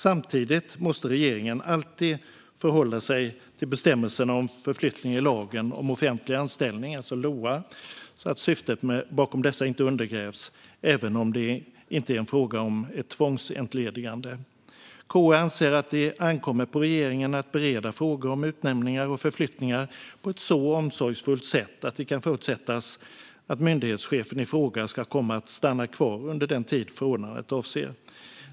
Samtidigt måste regeringen alltid förhålla sig till bestämmelserna om förflyttning i lagen om offentlig anställning så att inte syftet bakom dessa undergrävs, även när det inte är fråga om ett tvångsentledigande". KU anser att det ankommer på regeringen att bereda frågor om utnämningar och förflyttningar på ett så omsorgsfullt sätt att det kan förutsättas att myndighetschefen i fråga ska komma att stanna kvar under den tid förordnandet avser.